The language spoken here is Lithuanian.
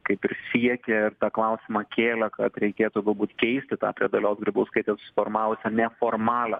kaip ir siekė ir tą klausimą kėlė kad reikėtų galbūt keisti tą prie dalios grybauskaitės susiformavusią neformalią